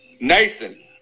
Nathan